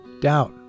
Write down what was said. doubt